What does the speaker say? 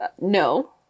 No